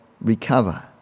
recover